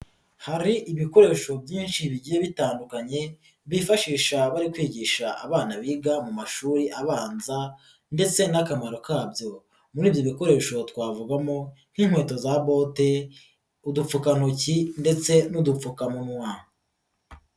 Hari ibikoresho byinshi bigiye bitandukanye bifashisha bari kwigisha abana biga mu mashuri abanza ndetse n'akamaro kabyo, muri ibyo bikoresho twavugamo nk'inkweto za bote, udupfukantoki ndetse n'udupfukamunwa.